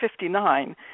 1959